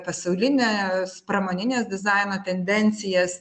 pasaulines pramoninio dizaino tendencijas